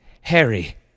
Harry